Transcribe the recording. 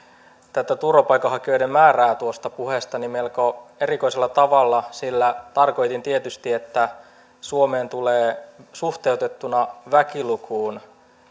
tätä turvapaikanhakijoiden määrää tuosta puheestani melko erikoisella tavalla sillä tarkoitin tietysti että suomeen tulee suhteutettuna väkilukuun